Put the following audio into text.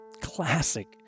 Classic